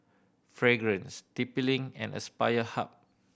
Fragrance T P Link and Aspire Hub